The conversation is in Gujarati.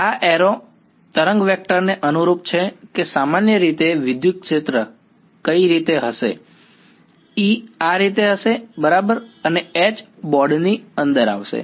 આ એરૉ તરંગ વેક્ટર ને અનુરૂપ છે કે સામાન્ય રીતે વિદ્યુત ક્ષેત્ર કઈ રીતે હશે E આ રીતે હશે બરાબર અને H એ બોર્ડની અંદર આવશે